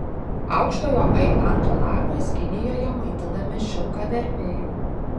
aukštojo ailanto lapais kinijoje maitinami šilkaverpiai